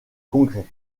congrès